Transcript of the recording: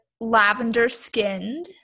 lavender-skinned